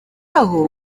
aho